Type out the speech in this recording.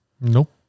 Nope